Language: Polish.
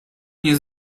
nie